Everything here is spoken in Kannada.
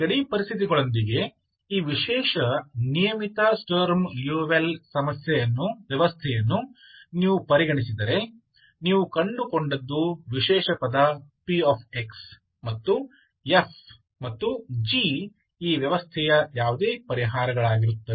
ಈ ಗಡಿ ಪರಿಸ್ಥಿತಿಗಳೊಂದಿಗೆ ಈ ವಿಶೇಷ ನಿಯಮಿತ ಸ್ಟರ್ಮ್ ಲಿಯೋವಿಲ್ಲೆ ವ್ಯವಸ್ಥೆಯನ್ನು ನೀವು ಪರಿಗಣಿಸಿದರೆ ನೀವು ಕಂಡುಕೊಂಡದ್ದು ವಿಶೇಷ ಪದ px ಮತ್ತು f ಮತ್ತು g ಈ ವ್ಯವಸ್ಥೆಯ ಯಾವುದೇ ಪರಿಹಾರಗಳಾಗಿರುತ್ತವೆ